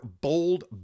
bold